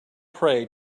pray